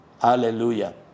hallelujah